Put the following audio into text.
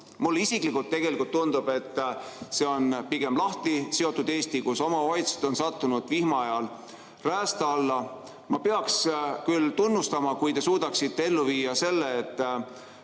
Mulle isiklikult tundub, et see on pigem lahti seotud Eesti, kus omavalitsused on sattunud vihma ajal räästa alla. Ma peaks küll tunnustama, kui te suudaksite ellu viia selle, et